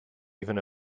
even